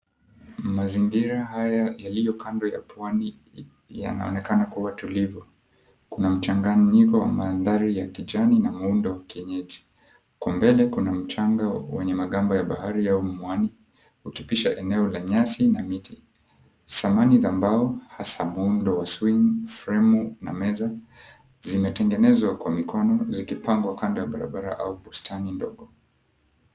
Mazingira haya yaliyo kando ya pwani yanaonekana kua tulivu, kuna mchanganyiko wa mandhari ya kijani na muundo wa kienyeji. Kwa mbele kuna mchanga wenye magambo ya bahari yaumwani ukipisha eneo la nyasi na miti. Samani za mbao hasa muundo wa swing , fremu na meza zimetengenezwa kwa mikono zikipangwa kando ya barabara au bustani ndogo.